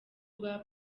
rwa